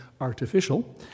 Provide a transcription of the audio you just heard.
artificial